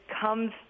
comes